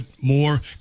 more